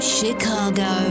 Chicago